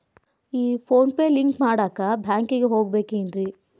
ಈ PhonePe link ಮಾಡಾಕ ಬ್ಯಾಂಕಿಗೆ ಹೋಗ್ಬೇಕೇನ್ರಿ?